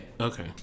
Okay